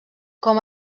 com